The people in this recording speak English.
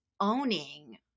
owning